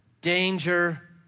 danger